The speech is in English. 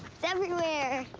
it's everywhere.